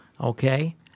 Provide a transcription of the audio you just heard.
Okay